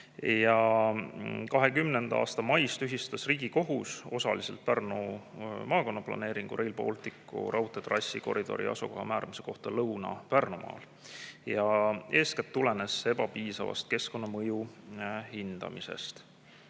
2020. aasta mais aga tühistas Riigikohus osaliselt maakonnaplaneeringu Rail Balticu raudtee trassikoridori asukoha määramise kohta Lõuna-Pärnumaal. Eeskätt tulenes see ebapiisavast keskkonnamõju hindamisest.